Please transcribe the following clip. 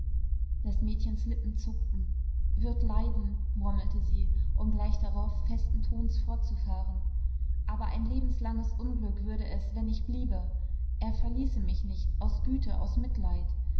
des mädchens lippen zuckten wird leiden murmelte sie um gleich darauf festen tons fortzufahren aber ein lebenslanges unglück würde es wenn ich bliebe er verließe mich nicht aus güte aus mitleid